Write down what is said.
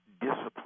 discipline